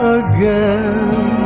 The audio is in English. again